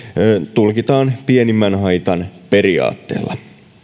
tulkitaan pienimmän haitan periaatteella